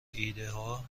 ایدهها